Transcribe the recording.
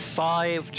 five